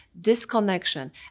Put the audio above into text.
disconnection